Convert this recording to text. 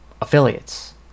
affiliates